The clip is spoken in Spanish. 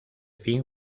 fin